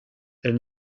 elles